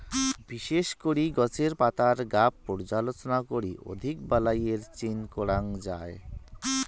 বিশেষ করি গছের পাতার গাব পর্যালোচনা করি অধিক বালাইয়ের চিন করাং যাই